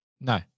No